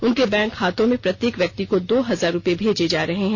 उनके बैंक खातों में प्रत्येक व्यक्ति को दो हजार रुपये भेजे जा रहे हैं